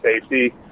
safety